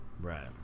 Right